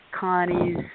Connie's